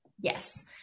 Yes